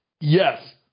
Yes